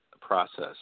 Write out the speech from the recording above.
process